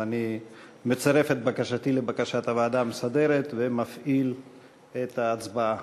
אז אני מצרף את בקשתי לבקשת הוועדה המסדרת ומפעיל את ההצבעה.